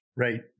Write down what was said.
Right